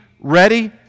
ready